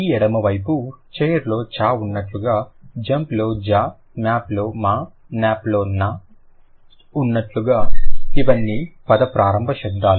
ఈ ఎడమవైపు చైర్ లో చ ఉన్నట్లుగా జంప్ లో జ మ్యాప్ లో మ నాప్ లో న ఉన్నట్లుగా అవన్నీ పద ప్రారంభ శబ్దాలు